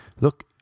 Look